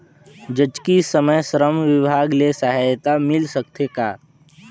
जचकी समय श्रम विभाग ले सहायता मिल सकथे का?